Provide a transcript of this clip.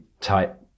type